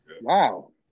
Wow